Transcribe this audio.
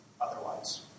otherwise